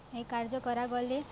ଏ କାର୍ଯ୍ୟ କରାଗଲେ